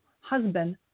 husband